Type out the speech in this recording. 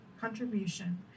contribution